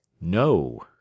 No